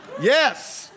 yes